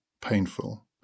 painful